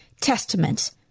testaments